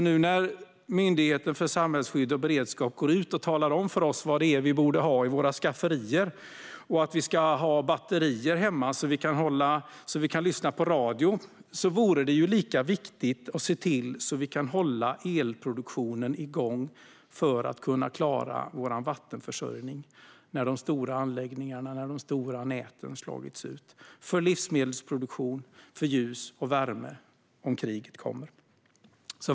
Nu när Myndigheten för samhällsskydd och beredskap går ut och talar om för oss vad vi borde ha i våra skafferier och att vi ska ha batterier hemma så att vi kan lyssna på radio vore det lika viktigt att se till att vi kan hålla elproduktionen igång för att klara vår vattenförsörjning när de stora anläggningarna och näten slagits ut, och för livsmedelsproduktion, ljus och värme om kriget kommer.